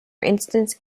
instance